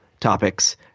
topics